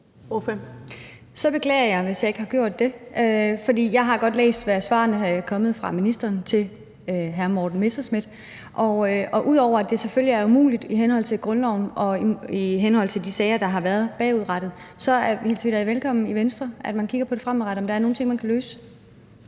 Jeg beklager, hvis jeg ikke har gjort det, for jeg har godt læst svarene, der er kommet fra ministeren til hr. Morten Messerschmidt. Det er selvfølgelig umuligt i henhold til grundloven og i henhold til de sager, der har været bagudrettet, men vi hilser det da velkommen i Venstre, at man kigger på, om der fremadrettet er nogle ting, man kan løse.